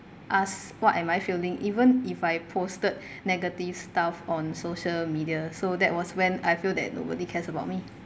ask what am I feeling even if I posted negative stuff on social media so that was when I feel that nobody cares about me